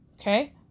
Okay